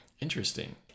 Interesting